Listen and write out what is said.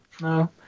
No